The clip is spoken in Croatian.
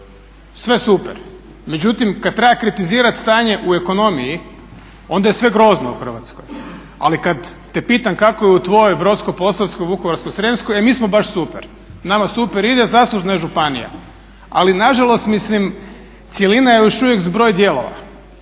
Sve super. Međutim, kad treba kritizirati stanje u ekonomiji, onda je sve grozno u Hrvatskoj. Ali kad te pitam kako je u tvojoj Brodsko-posavskoj, Vukovarsko-srijemskoj e mi smo baš super. Nama super ide, zaslužna je županija. Ali na žalost mislim cjelina je još uvijek zbroj dijelova